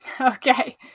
Okay